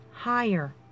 Higher